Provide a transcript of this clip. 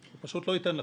הוא פשוט לא ייתן לך.